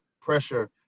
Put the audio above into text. pressure